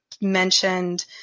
mentioned